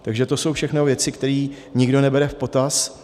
Takže to jsou všechno věci, které nikdo nebere v potaz.